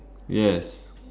yes